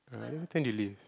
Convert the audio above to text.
I don't think they leave